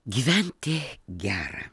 gyventi gera